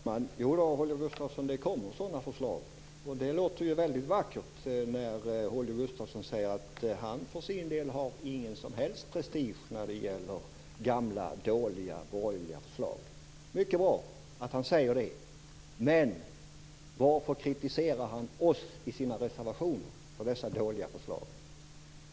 Fru talman! Jodå, Holger Gustafsson, det kommer sådana förslag. Det låter väldigt vackert när Holger Gustafsson säger att han för sin del inte har någon som helst prestige när det gäller gamla dåliga borgerliga förslag. Det är mycket bra att han säger det. Men varför kritiserar han i sina reservationer oss för dessa dåliga förslag?